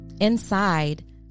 Inside